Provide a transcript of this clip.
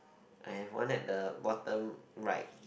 and one at the bottom right